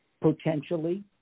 Potentially